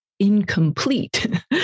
incomplete